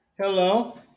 hello